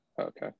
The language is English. Okay